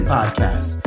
Podcast